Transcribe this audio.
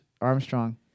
Armstrong